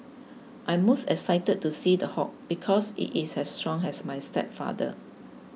I'm most excited to see The Hulk because it is as strong as my stepfather